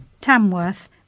Tamworth